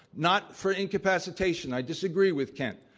not for incapacitation, i disagree with kent.